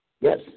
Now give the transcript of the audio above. Yes